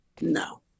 No